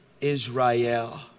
Israel